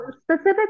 specifically